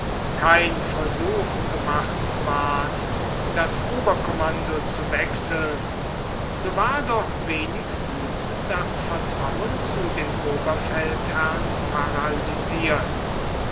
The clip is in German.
kein versuch gemacht ward das oberkommando zu wechseln so war doch wenigstens das vertrauen zu dem oberfeldherrn paralysiert